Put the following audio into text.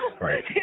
Right